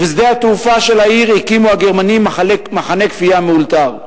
ובשדה התעופה של העיר הקימו הגרמנים מחנה כפייה מאולתר.